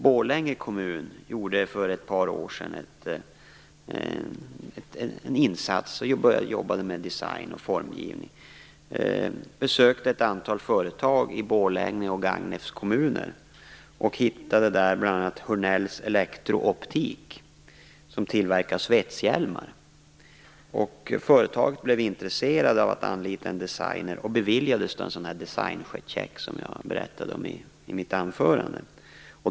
Borlänge kommun gjorde för ett par år sedan en insats och började arbeta med design och formgivning, besökte ett antal företag i Borlänge och Gagnefs kommuner och hittade där bl.a. Hörnell Elektrooptik som tillverkar svetshjälmar. Företaget blev intresserat av att anlita designer och beviljades en sådan designcheck som jag berättade om i mitt anförande.